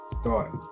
start